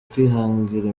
kwihangira